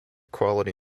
quality